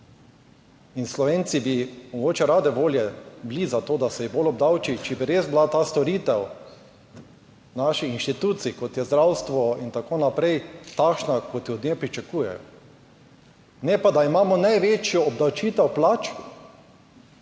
In Slovenci bi mogoče rade volje bili za to, da se jih bolj obdavči, če bi res bila ta storitev naših inštitucij, kot je zdravstvo in tako naprej, takšna, kot jo od nje pričakujejo. Ne pa, da imamo največjo obdavčitev plač,